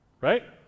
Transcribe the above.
right